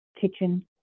kitchen